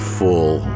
full